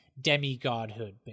demigodhood